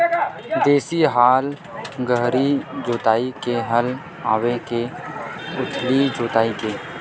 देशी हल गहरी जोताई के हल आवे के उथली जोताई के?